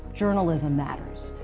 journalism matters.